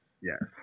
Yes